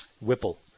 Whipple